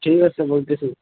ঠিক আছে বলতেসি